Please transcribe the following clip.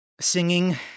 singing